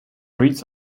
reads